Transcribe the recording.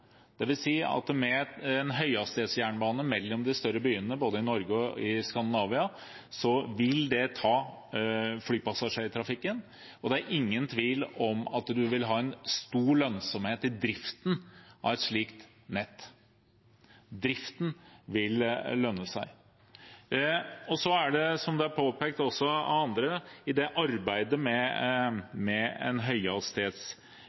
klart at tallene som de skriver, stemmer. Det vil si at en høyhastighetsjernbane mellom de større byene både i Norge og i Skandinavia vil ta ned flypassasjertrafikken, og det er ingen tvil om at man vil ha en stor lønnsomhet i driften av et slikt nett. Driften vil lønne seg. Som det også er påpekt av andre når det gjelder arbeidet med en høyhastighetsutredning, er det